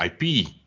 IP